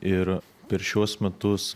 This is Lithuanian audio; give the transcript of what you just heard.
ir per šiuos metus